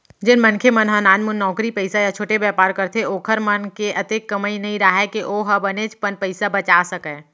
जेन मनखे मन ह नानमुन नउकरी पइसा या छोटे बयपार करथे ओखर मन के अतेक कमई नइ राहय के ओ ह बनेचपन पइसा बचा सकय